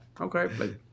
okay